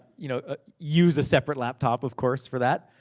you know ah use a separate laptop, of course, for that.